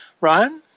Ryan